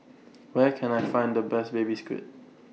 Where Can I Find The Best Baby Squid